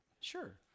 sure